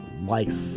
life